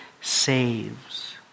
saves